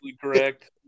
correct